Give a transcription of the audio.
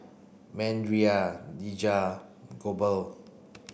Mandria Dejah Goebel